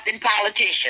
politicians